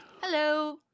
hello